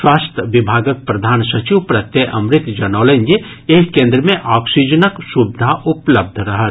स्वास्थ्य विभागक प्रधान सचिव प्रत्यय अमृत जनौलनि जे एहि केन्द्र मे ऑक्सीजनक सुविधा उपलब्ध रहत